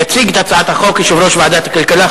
יציג את הצעת החוק יושב-ראש ועדת הכלכלה,